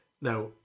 Now